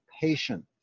patient